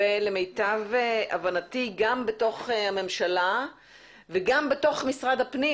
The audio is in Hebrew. למיטב הבנתי גם בתוך הממשלה וגם בתוך משרד הפנים